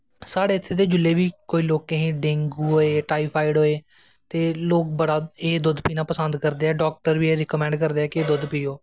साढ़े इत्थें ते कुसैं बी जिसलै लोकें गी डेंगू होऐ टाईफाईट होऐ ते लोग बड़े एह् दुध्द पीनां पसंद करदे ऐं डाक्टर बी एह् रिकमैंड करदे ऐं कि एह् दुध्द पियो